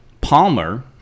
palmer